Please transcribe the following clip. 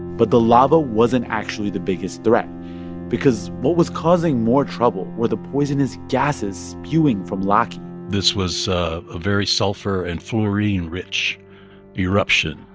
but the lava wasn't actually the biggest threat because what was causing more trouble were the poisonous gases spewing from laki this was a very sulfur and fluorine-rich eruption.